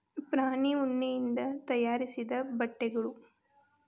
ಪ್ರಾಣಿ ಉಣ್ಣಿಯಿಂದ ತಯಾರಿಸಿದ ಬಟ್ಟೆಗಳು